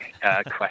question